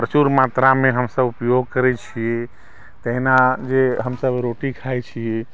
प्रचूर मात्रामे हमसभ उपयोग करै छी तहिना जे हमसभ रोटी खाइ छी